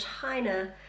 China